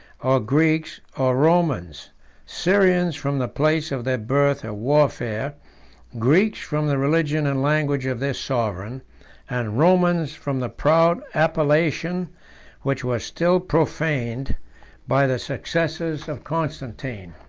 or greeks, or romans syrians, from the place of their birth or warfare greeks from the religion and language of their sovereign and romans, from the proud appellation which was still profaned by the successors of constantine.